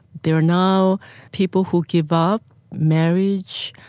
there are now people who give up marriage,